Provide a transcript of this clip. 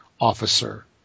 officer